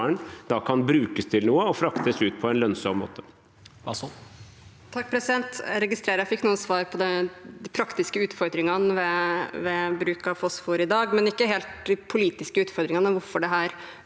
kan brukes til noe og fraktes ut på en lønnsom måte.